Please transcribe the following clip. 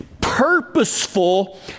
purposeful